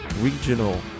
regional